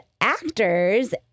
actors